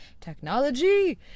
technology